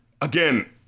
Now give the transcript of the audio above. again